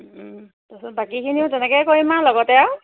তাৰপিছত বাকীখিনিও তেনেকে কৰিম আৰু লগতে আৰু